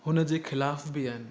हुन जे ख़िलाफ़ बि आहिनि